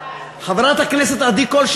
חברת הכנסת עדי קול,